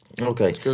Okay